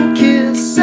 kiss